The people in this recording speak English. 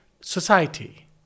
society